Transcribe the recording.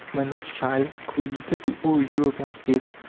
when rothschild, creditor to all european states,